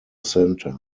center